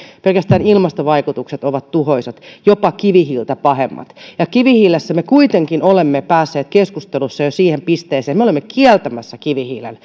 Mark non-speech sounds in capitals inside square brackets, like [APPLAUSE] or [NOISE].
pelkästään ilmastovaikutukset ovat tuhoisat jopa kivihiiltä pahemmat ja kivihiilessä me kuitenkin olemme päässeet keskustelussa jo siihen pisteeseen että me olemme kieltämässä kivihiilen [UNINTELLIGIBLE]